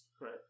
right